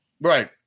Right